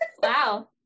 Wow